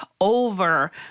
over